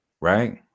right